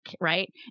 right